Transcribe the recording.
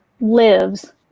lives